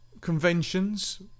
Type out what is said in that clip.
conventions